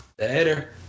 Later